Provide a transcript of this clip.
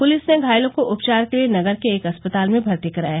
police ने घायलों को उपचार के लिए नगर के एक अस्पताल में भर्ती कराया